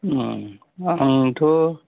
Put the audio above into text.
आंथ'